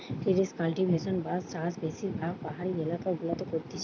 terrace cultivation বা চাষ বেশিরভাগ পাহাড়ি এলাকা গুলাতে করতিছে